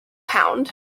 pound